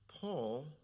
Paul